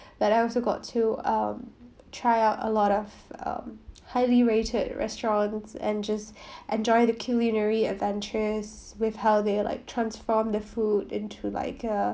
but I also got to um try out a lot of a highly rated restaurants and just enjoy the culinary adventures with how they like transform the food into like a